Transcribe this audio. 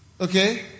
Okay